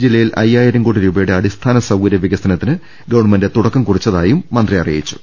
ജില്ലയിൽ അയ്യായിരം കോടി രൂപയുടെ അടിസ്ഥാന സൌകര്യ വികസനത്തിന് ഗവൺമെന്റ് തുടക്കം കുറിച്ചതായും മന്ത്രി അറിയിച്ചു